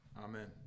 Amen